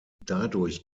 dadurch